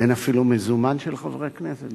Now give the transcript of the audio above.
אין אפילו מזומן של חברי הכנסת?